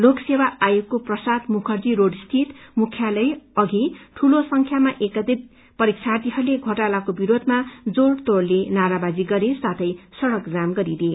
लोक सेवा आयोगको प्रसाद मुखर्जी रोडर्थित मुख्यालय अघि ठूलो संख्यामा एमत्रित परीक्षार्थीहरूले घोटालाको विरोधमा जोड़तोड़ले नाराबाजी गरे साथै सड़क जाम गरिदिए